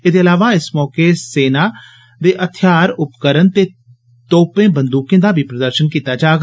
एहदे इलावा इस मौके सेना दे थेआर उपकरण ते तोपें बंदूकें दा बी प्रदर्शन कीता जाग